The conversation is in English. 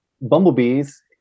bumblebees